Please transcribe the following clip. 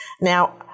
Now